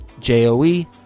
J-O-E